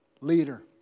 leader